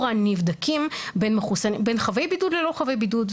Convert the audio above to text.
הנבדקים בין חבי בידוד ללא חבי בידוד,